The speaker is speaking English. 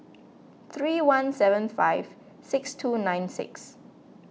three one seven five six two nine six